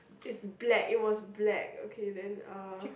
it's black it was black okay then uh